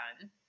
done